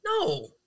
No